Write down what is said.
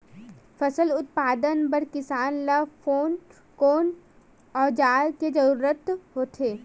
फसल उत्पादन बर किसान ला कोन कोन औजार के जरूरत होथे?